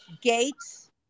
Gates